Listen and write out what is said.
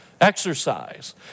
Exercise